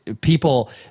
people